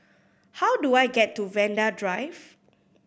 how do I get to Vanda Drive